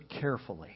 carefully